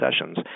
sessions